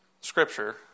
Scripture